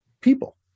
people